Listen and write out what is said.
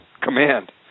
command